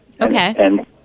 Okay